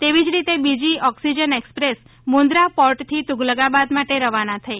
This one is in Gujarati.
તેવી જ રીતે બીજી ઓક્સિજન એક્સપ્રેસ મુન્દ્રા પોર્ટ થી તુગલકાબાદ માટે રવાના થઈ